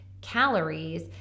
calories